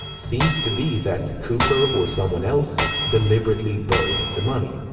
seems to be that cooper or someone else deliberately buried the money.